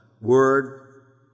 word